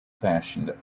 fashioned